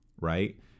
right